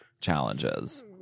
challenges